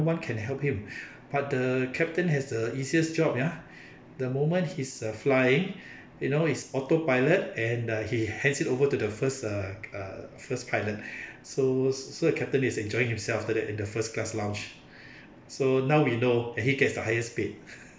no one can help him but the captain has the easiest job ya the moment he's uh flying you know its autopilot and uh he hands it over to the first uh uh first pilot so so the captain is enjoying himself after that in the first class lounge so now we know that he gets the highest pay